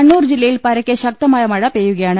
കണ്ണൂർ ജില്ലയിൽ പരക്കെ ശക്ത മായ മഴ പെയ്യുകയാണ്